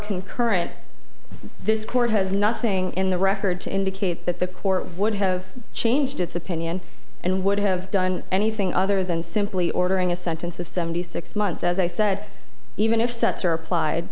concurrent this court has nothing in the record to indicate that the court would have changed its opinion and would have done anything other than simply ordering a sentence of seventy six months as i said even if sets are applied